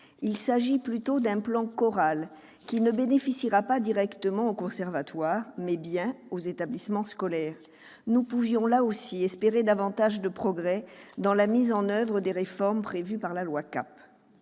Il s'agit plutôt d'un plan Chorales, qui bénéficiera non pas directement aux conservatoires, mais bien aux établissements scolaires. Nous pouvions là aussi espérer davantage de progrès dans la mise en oeuvre des réformes prévues par la loi LCAP.